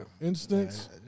instance